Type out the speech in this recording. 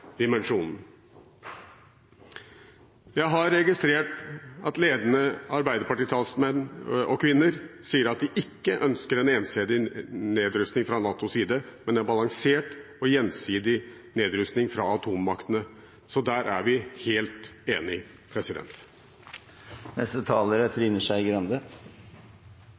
dimensjonen. Jeg har registrert at ledende arbeiderpartitalsmenn og -kvinner sier at de ikke ønsker en ensidig nedrustning fra NATOs side, men en balansert og gjensidig nedrustning fra atommaktene. Så der er vi helt